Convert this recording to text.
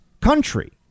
country